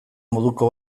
moduko